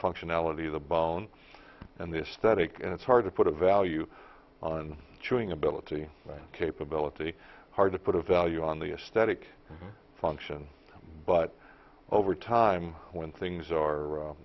functionality of the bone and this study and it's hard to put a value on chewing ability capability hard to put a value on the a static function but over time when things are